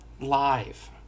live